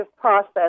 process